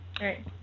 right